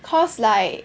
cause like